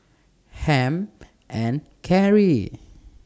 Hamp and Carrie